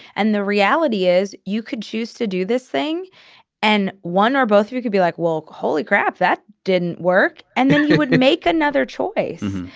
and the reality is you could choose to do this thing and one or both of you could be like wolke. holy crap, that didn't work. and then you would make another choice.